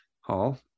Hall